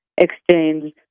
exchange